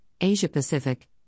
Asia-Pacific